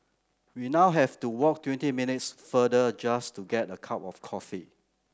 we now have to walk twenty minutes farther just to get a cup of coffee